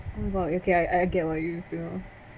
!wow! okay I I get what you feel